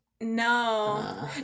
No